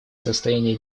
состояния